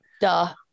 Duh